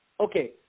okay